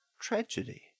tragedy